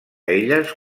elles